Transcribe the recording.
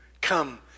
come